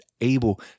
able